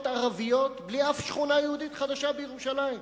ערביות בלי אף שכונה יהודית חדשה בירושלים.